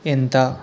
ఎంత